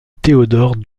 théodore